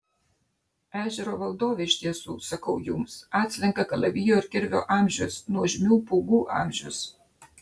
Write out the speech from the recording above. ežero valdovė iš tiesų sakau jums atslenka kalavijo ir kirvio amžius nuožmių pūgų amžius